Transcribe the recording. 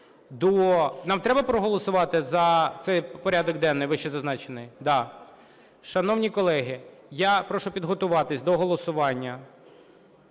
Нам треба проголосувати за цей порядок денний вищезазначений? Да. Шановні колеги, я прошу підготуватись до голосування